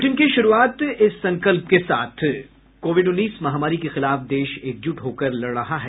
bulletin की शुरूआत से पहले ये संकल्प कोविड उन्नीस महामारी के खिलाफ देश एकजुट होकर लड़ रहा है